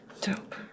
Dope